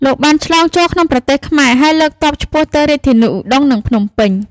លោកបានឆ្លងចូលក្នុងប្រទេសខ្មែរ ហើយលើកទ័ពឆ្ពោះទៅរាជធានីឧដុង្គ និងភ្នំពេញ។